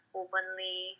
openly